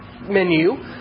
menu